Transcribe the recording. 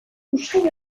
usain